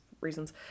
reasons